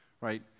right